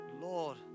Lord